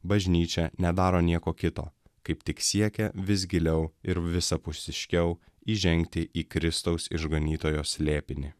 bažnyčia nedaro nieko kito kaip tik siekia vis giliau ir visapusiškiau įžengti į kristaus išganytojo slėpinį